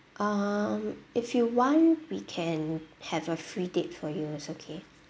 um if you want we can have a free date for you it's okay